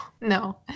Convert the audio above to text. no